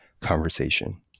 conversation